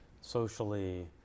socially